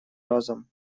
разом